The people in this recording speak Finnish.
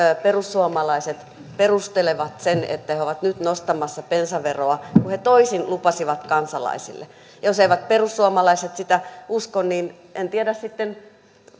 perussuomalaiset perustelevat sen että he ovat nyt nostamassa bensaveroa kun he toisin lupasivat kansalaisille jos eivät perussuomalaiset sitä usko niin en tiedä sitten